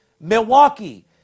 Milwaukee